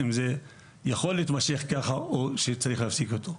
אם זה יכול להתמשך ככה או שצריך להפסיק אותו.